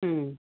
ꯎꯝ